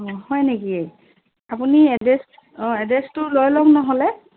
অঁ হয় নেকি আপুনি এড্ৰেছ অঁ এড্ৰেছটো লৈ ল'ম নহ'লে